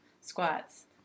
squats